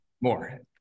more